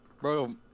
Bro